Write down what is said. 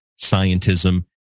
scientism